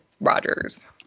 Rogers